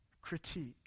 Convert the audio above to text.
critique